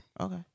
Okay